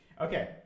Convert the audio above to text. Okay